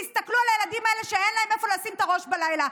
תסתכלו על הילדים האלו שאין להם איפה לשים את הראש בלילה,